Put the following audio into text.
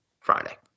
Friday